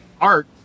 Art